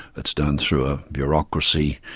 it's done through a bureaucracy,